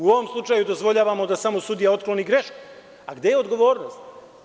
U ovom slučaju dozvoljavamo da samo sudija otkloni greške, a gde je odgovornost?